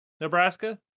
Nebraska